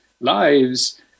lives